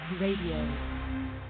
radio